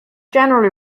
generally